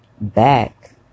back